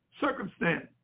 circumstance